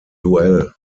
duell